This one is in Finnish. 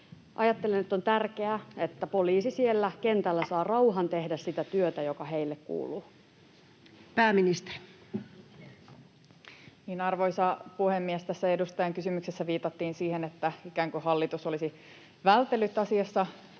Ajattelen, että on tärkeää, että poliisi siellä kentällä saa rauhan tehdä sitä työtä, joka heille kuuluu. Pääministeri. Arvoisa puhemies! Tässä edustajan kysymyksessä viitattiin siihen, että hallitus olisi ikään kuin